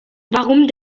warum